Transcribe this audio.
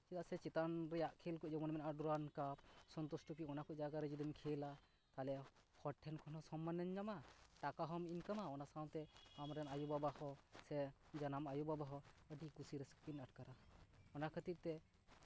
ᱪᱮᱫᱟᱜ ᱥᱮ ᱪᱮᱛᱟᱱ ᱨᱮᱭᱟᱜ ᱠᱷᱮᱞ ᱠᱚ ᱡᱮᱢᱚᱱ ᱢᱮᱱᱟᱜᱼᱟ ᱰᱩᱨᱟᱱᱰ ᱠᱟᱯ ᱥᱚᱱᱛᱳᱥ ᱴᱨᱚᱯᱷᱤ ᱚᱱᱟ ᱠᱚ ᱡᱟᱭᱜᱟᱨᱮ ᱡᱩᱫᱤᱢ ᱠᱷᱮᱞᱟ ᱛᱟᱦᱞᱮ ᱦᱚᱲ ᱴᱷᱮᱱ ᱠᱷᱚᱱ ᱦᱚᱸ ᱥᱚᱱᱢᱟᱱᱮᱢ ᱧᱟᱢᱟ ᱴᱟᱠᱟ ᱦᱚᱸᱢ ᱤᱱᱠᱟᱢᱟ ᱚᱱᱟ ᱥᱟᱶᱛᱮ ᱟᱢᱨᱮᱱ ᱟᱭᱩ ᱵᱟᱵᱟ ᱦᱚᱸ ᱥᱮ ᱡᱟᱱᱟᱢ ᱟᱹᱭᱩ ᱵᱟᱵᱟ ᱦᱚᱸ ᱟᱹᱰᱤ ᱠᱩᱥᱤ ᱨᱟᱹᱥᱠᱟᱹ ᱠᱤᱱ ᱟᱴᱠᱟᱨᱟ ᱚᱱᱟ ᱠᱷᱟᱹᱛᱤᱨ ᱛᱮ